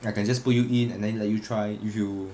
then I can just put you in and then like you try if you